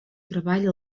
treball